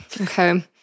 Okay